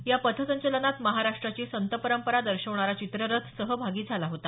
या पथसंचलनात महाराष्ट्राची संतपरंपरा दर्शवणारा चित्ररथ सहभागी झाला होता